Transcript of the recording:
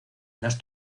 las